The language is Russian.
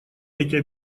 эти